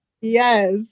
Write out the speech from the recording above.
Yes